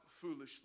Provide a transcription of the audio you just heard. foolishly